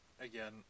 again